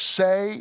say